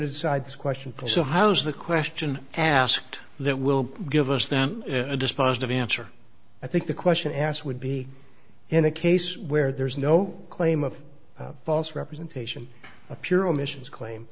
to decide this question for so how's the question asked that will give us the dispositive answer i think the question asked would be in a case where there is no claim of false representation a pure omissions claim